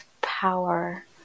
power